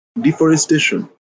Deforestation